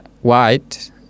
white